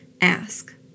ask